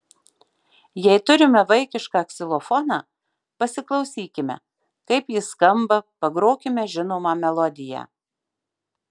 jei turime vaikišką ksilofoną pasiklausykime kaip jis skamba pagrokime žinomą melodiją